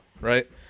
right